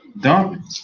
dump